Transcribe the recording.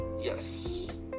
Yes